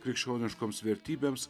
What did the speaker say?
krikščioniškoms vertybėms